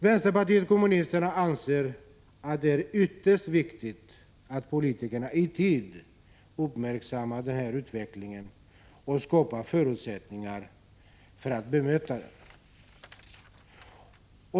Vänsterpartiet kommunisterna anser att det är ytterst viktigt att politikernai tid uppmärksammar den här utvecklingen och skapar förutsättningar för att bekämpa den.